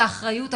האחריות הכוללת,